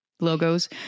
logos